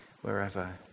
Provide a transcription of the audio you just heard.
wherever